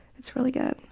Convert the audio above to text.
it's really good.